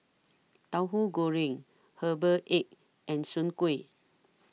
Tahu Goreng Herbal Egg and Soon Kueh